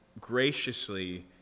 graciously